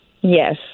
Yes